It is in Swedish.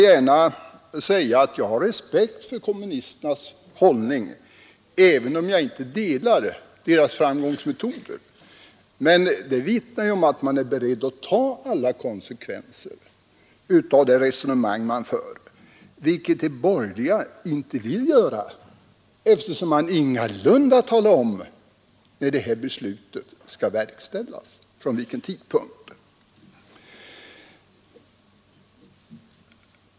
Jag har respekt för kommunisternas hållning, även om jag inte gillar deras framgångsmetoder. Deras hållning vittnar om att de är beredda att ta alla konsekvenser av det resonemang de för, vilket däremot de borgerliga inte vill göra eftersom de ingalunda talar om vid vilken tidpunkt beslutet skall verkställas.